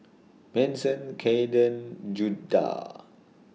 Manson Cayden Judah